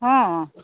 ᱦᱮᱸ